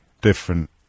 different